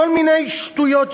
כל מיני שטויות,